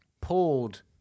pulled